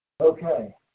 Okay